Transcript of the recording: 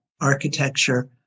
architecture